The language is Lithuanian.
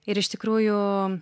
ir iš tikrųjų